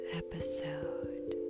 episode